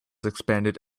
expanded